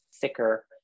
thicker